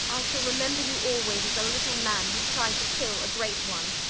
i shall remember you always as a little man who tried to kill a great one.